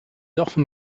often